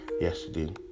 yesterday